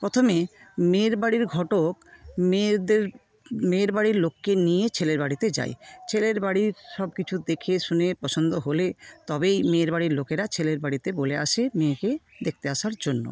প্রথমে মেয়ের বাড়ির ঘটক মেয়েদের মেয়ের বাড়ির লোককে নিয়ে ছেলের বাড়িতে যায় ছেলের বাড়ির সবকিছু দেখেশুনে পছন্দ হলে তবেই মেয়ের বাড়ির লোকেরা ছেলের বাড়িতে বলে আসে মেয়েকে দেখতে আসার জন্য